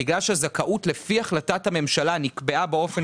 בגלל שהזכאות לפי החלטת הממשלה נקבעה באופן